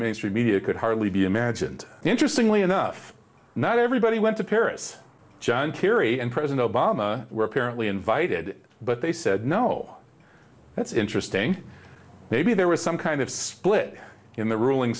mainstream media could hardly be imagined interestingly enough not everybody went to paris john kerry and president obama were apparently invited but they said no that's interesting maybe there was some kind of split in the ruling